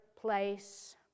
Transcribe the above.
place